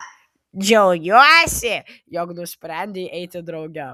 džiaugiuosi jog nusprendei eiti drauge